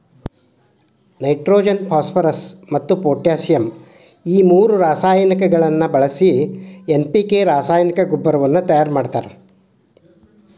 nitrogen phosphorus ಮತ್ತ್ potassium ಈ ಮೂರು ರಾಸಾಯನಿಕಗಳನ್ನ ಬಳಿಸಿ ಎನ್.ಪಿ.ಕೆ ರಾಸಾಯನಿಕ ಗೊಬ್ಬರವನ್ನ ತಯಾರ್ ಮಾಡ್ತಾರ